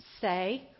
say